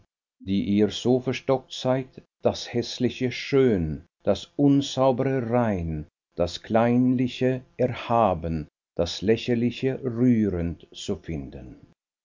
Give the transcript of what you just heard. die ihr so verstockt seid das häßliche schön das unsaubere rein das kleinliche erhaben das lächerliche rührend zu finden